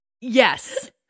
yes